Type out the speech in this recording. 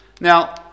Now